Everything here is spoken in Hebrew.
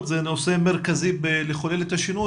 זה הדבר המרכזי כדי לחולל את השינוי.